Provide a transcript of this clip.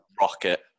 rocket